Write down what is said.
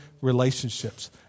relationships